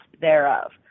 thereof